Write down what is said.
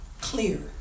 clear